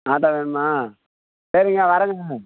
auto வேணுமா சரிங்க வரேங்க